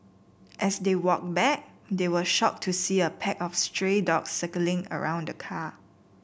as they walked back they were shocked to see a pack of stray dogs circling around the car